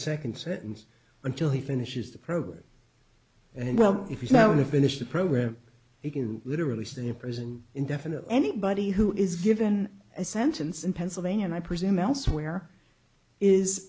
second sentence until he finishes the program and well if he's now going to finish the program he can literally stay in prison indefinite anybody who is given a sentence in pennsylvania and i presume elsewhere is